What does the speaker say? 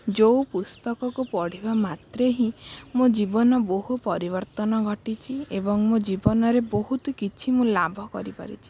ଯେଉଁ ପୁସ୍ତକକୁ ପଢ଼ିବା ମାତ୍ରେ ହିଁ ମୋ ଜୀବନ ବହୁ ପରିବର୍ତ୍ତନ ଘଟିଛି ଏବଂ ମୋ ଜୀବନରେ ବହୁତ କିଛି ମୁଁ ଲାଭ କରିପାରିଛି